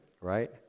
right